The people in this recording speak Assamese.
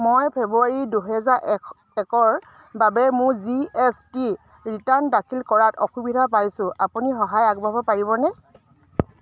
মই ফেব্ৰুৱাৰী দুহেজাৰ এক একৰ বাবে মোৰ জি এছ টি ৰিটাৰ্ণ দাখিল কৰাত অসুবিধা পাইছোঁ আপুনি সহায় আগবঢ়াব পাৰিবনে